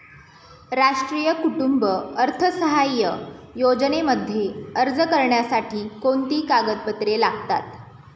राष्ट्रीय कुटुंब अर्थसहाय्य योजनेमध्ये अर्ज करण्यासाठी कोणती कागदपत्रे लागतात?